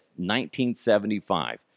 1975